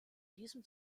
diesem